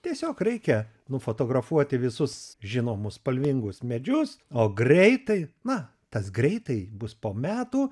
tiesiog reikia nufotografuoti visus žinomus spalvingus medžius o greitai na tas greitai bus po metų